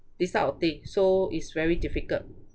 this type of thing so it's very difficult